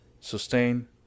sustain